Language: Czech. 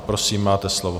Prosím, máte slovo.